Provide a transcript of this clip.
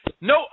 No